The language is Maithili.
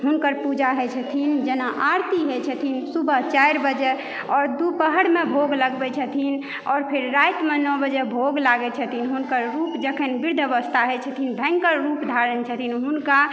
हुनकर पूजा होइ छथिन जेना आरती होइ छथिन सुबह चारि बजे आओर दुपहरमे भोग लगबै छथिन आओर फेर रातिमे नओ बजे भोग लागै छथिन हुनकर रूप जखन बृद्ध अवस्था होइ छथिन भयंकर रूप धारै छथिन हुनका